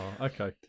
okay